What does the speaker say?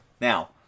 Now